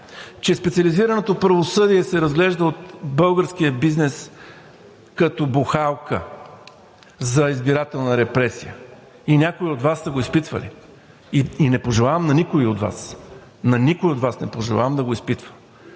че специализираното правосъдие се разглежда от българския бизнес като бухалка за избирателна репресия. И някои от Вас са го изпитвали. И не пожелавам на никого от Вас, на никого от Вас не пожелавам да го изпитва